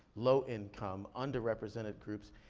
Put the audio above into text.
low-income, under represented groups.